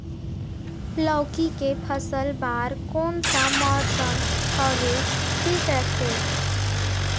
लौकी के फसल बार कोन सा मौसम हवे ठीक रथे?